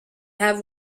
have